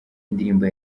indirimbo